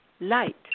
light